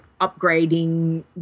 upgrading